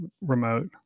remote